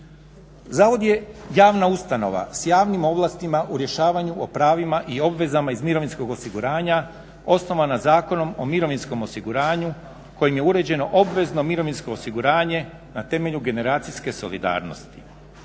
Zavod je javna ustanova s javnim ovlastima u rješavanju o pravima i obvezama iz mirovinskog osiguranja osnovana Zakonom o mirovinskom osiguranju kojim je uređeno obavezno mirovinsko osiguranje na temelju generacijske solidarnosti.